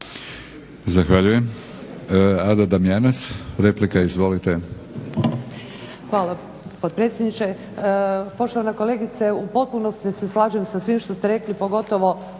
Zahvaljujem. Ada Damjanac, replika izvolite. **Damjanac, Ada (SDP)** Hvala potpredsjedniče. Poštovana kolegice u potpunosti se slažem sa svim što ste rekli, pogotovo